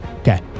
Okay